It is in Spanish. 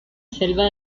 selva